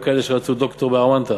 לא, היו כאלה שיצאו דוקטור ב"עוונטה".